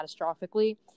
catastrophically